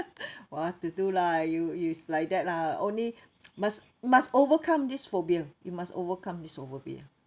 what to do lah you is like that lah only must must overcome this phobia you must overcome this